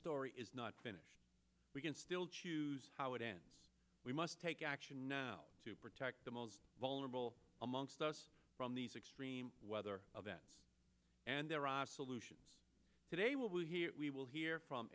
story is not finished we can still choose how it ends we must take action now to protect the most vulnerable amongst us from these extreme weather of that and there are solutions today will hear we will hear from